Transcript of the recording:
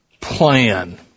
plan